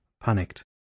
panicked